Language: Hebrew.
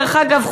דרך אגב,